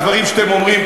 הדברים שאתם אומרים,